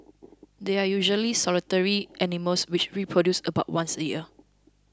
they are usually solitary animals which reproduce about once a year